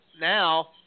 now